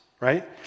right